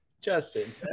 Justin